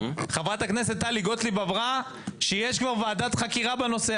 חברת הכנסת טלי גוטליב אמרה שיש כבר ועדת חקירה בנושא,